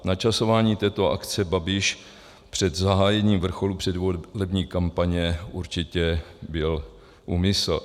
Načasování této akce Babiš před zahájením vrcholu předvolební kampaně určitě byl úmysl.